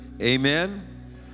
Amen